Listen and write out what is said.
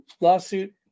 lawsuit